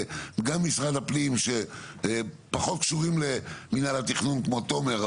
גם משרד הפנים שפחות קשורים למינהל התכנון כמו תומר,